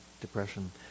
depression